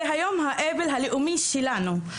זה היום האבל הלאומי שלנו.